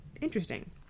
Interesting